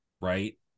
right